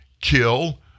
kill